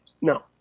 No